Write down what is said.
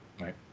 Right